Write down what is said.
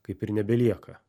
kaip ir nebelieka